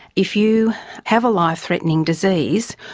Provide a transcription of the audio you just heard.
if you have a life-threatening disease,